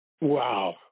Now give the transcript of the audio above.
wow